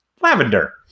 lavender